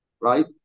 right